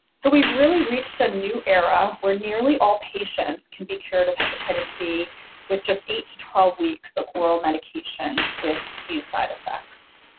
so we've really reached a new era where nearly all patients can be cured of hepatitis c with just eight to twelve weeks of oral medications with few side effects.